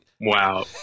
wow